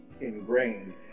ingrained